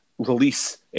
release